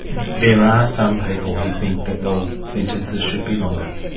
there are some people who think that well, sentences should be longer.